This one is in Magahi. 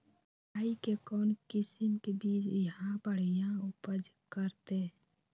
राई के कौन किसिम के बिज यहा बड़िया उपज करते?